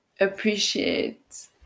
appreciate